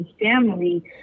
family